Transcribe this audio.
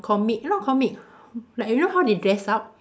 comic not comic like you know how they dress up